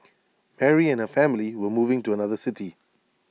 Mary and her family were moving to another city